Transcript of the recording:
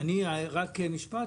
בכלל רפואת החירום,